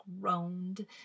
groaned